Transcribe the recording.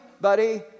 buddy